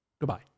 goodbye